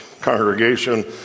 congregation